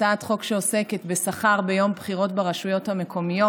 הצעת חוק שעוסקת בשכר ביום הבחירות לרשויות המקומיות.